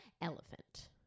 elephant